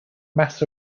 mass